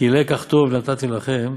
'כי לקח טוב נתתי לכם